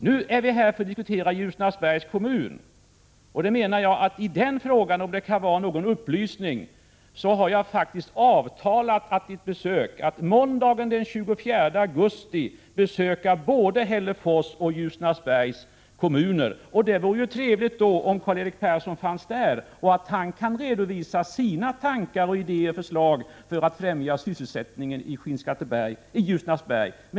Nu skall vi diskutera Ljusnarsbergs kommun, och i den frågan har jag — om det kan vara någon upplysning — avtalat att måndagen den 24 augusti besöka både Hällefors och Ljusnarsbergs kommuner. Det vore trevligt om Karl-Erik Persson fanns där då och kunde redovisa sina tankar, idéer och förslag för att främja sysselsättningen i Ljusnarsberg.